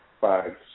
five